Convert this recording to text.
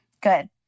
Good